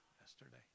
yesterday